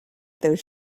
those